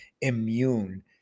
immune